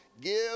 give